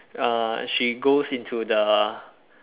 uh she goes into the